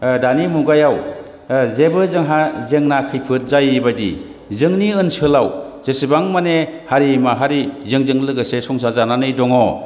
ओ दानि मुगायाव ओ जेबो जोंहा जेंना खैफोद जायिबादि जोंनि ओनसोलाव जेसेबां माने हारि माहारि जोंजों लोगोसे संसार जानानै दङ